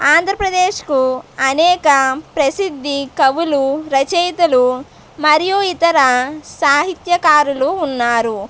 ఆంధ్రప్రదేశ్కు అనేక ప్రసిద్ధి కవులు రచయితలు మరియు ఇతర సాహిత్యకారులు ఉన్నారు